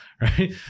right